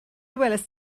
welaist